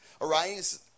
Arise